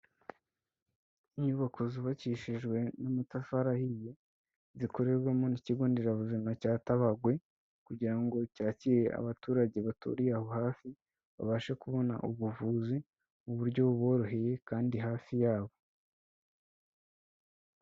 Inyubako zubakishijwe n'amatafari ahiye, zikorerwamo n'ikigo nderabuzima cyatabagwe, kugira ngo cyakire abaturage baturiye aho hafi, babashe kubona ubuvuzi mu buryo buboroheye kandi hafi yabo.